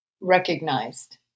recognized